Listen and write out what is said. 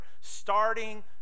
Starting